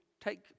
take